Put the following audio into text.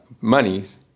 monies